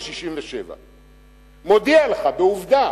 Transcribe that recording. זה 67. מודיע לך בעובדה,